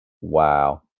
Wow